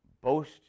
Boast